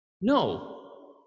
no